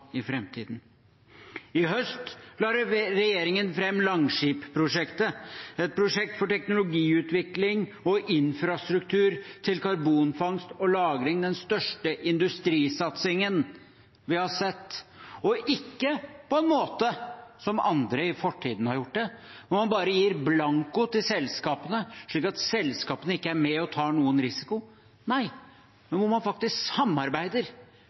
i framtiden. I høst la regjeringen fram Langskip-prosjektet, et prosjekt for teknologiutvikling og infrastruktur til karbonfangst og -lagring. Det er den største industrisatsingen vi har sett, og ikke på en måte som andre i fortiden har gjort det, hvor man bare gir blanko til selskapene, slik at selskapene ikke er med på å ta noen risiko – nei, hvor myndigheter og industri faktisk samarbeider